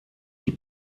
die